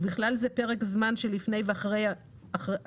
ובכלל זה פרק זמן שלפני ואחרי התאונה,